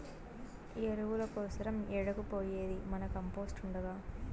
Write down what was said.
ఎరువుల కోసరం ఏడకు పోయేది మన కంపోస్ట్ ఉండగా